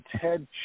Ted